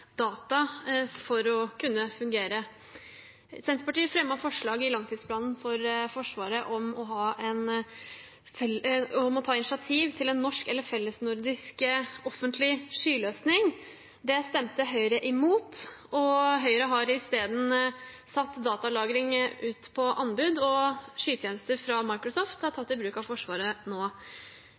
for å kunne fungere. I forbindelse med langtidsplanen for Forsvaret fremmet Senterpartiet forslag om å ta initiativ til en norsk eller fellesnordisk offentlig skyløsning. Det stemte Høyre imot, og Høyre har isteden satt datalagring ut på anbud, og skytjenester fra Microsoft er nå tatt i bruk av Forsvaret.